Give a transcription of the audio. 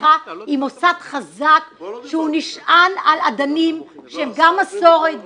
היא מוסד חזק שנשען על אדנים שהם גם מסורת,